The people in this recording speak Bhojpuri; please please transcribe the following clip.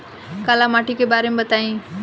काला माटी के बारे में बताई?